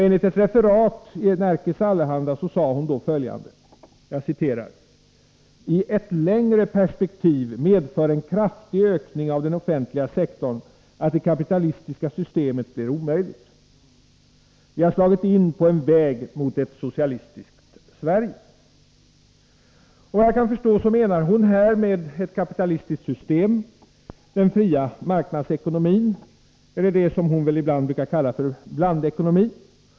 Enligt ett referat i Nerikes Allehanda sade hon då följande: ”I ett längre perspektiv medför en kraftig ökning av den offentliga sektorn att det kapitalistiska systemet blir omöjligt. Vi har slagit in på en väg mot ett socialistiskt Sverige.” Såvitt jag förstår menar hon här med ett kapitalistiskt system den fria marknadsekonomin — som hon väl ibland kallar blandekonomin.